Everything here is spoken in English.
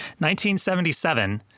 1977